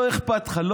לא אכפת לך.